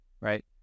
right